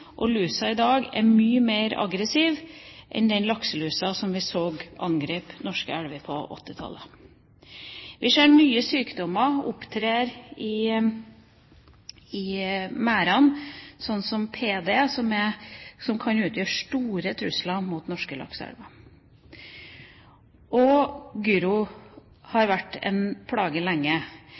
og lusa i dag er mye mer aggressiv enn den lakselusa som vi så angrep norske elver på 1980-tallet. Vi ser nye sykdommer opptre i merdene, slik som PD, som kan utgjøre stor trussel mot norske lakseelver. Og Gyro har vært en plage lenge.